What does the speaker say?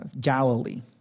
Galilee